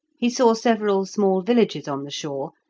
he saw several small villages on the shore,